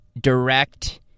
direct